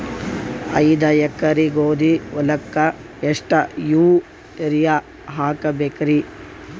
ಐದ ಎಕರಿ ಗೋಧಿ ಹೊಲಕ್ಕ ಎಷ್ಟ ಯೂರಿಯಹಾಕಬೆಕ್ರಿ?